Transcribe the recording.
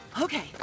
Okay